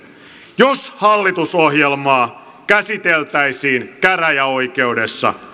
jos hallitusohjelmaa käsiteltäisiin käräjäoikeudessa